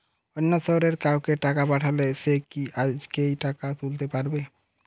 অন্য শহরের কাউকে টাকা পাঠালে সে কি আজকেই টাকা তুলতে পারবে?